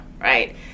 right